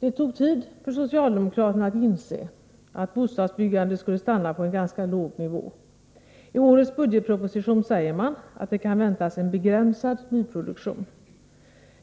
Det tog tid för socialdemokraterna att inse, att bostadsbyggandet skulle stanna på en ganska låg nivå. I årets budgetproposition säger man att det kan förväntas en begränsad nyproduktion.